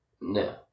No